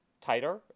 tighter